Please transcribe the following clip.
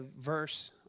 verse